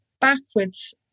backwards